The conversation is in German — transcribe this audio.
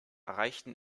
erreichten